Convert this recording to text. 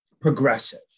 progressive